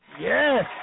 Yes